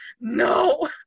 no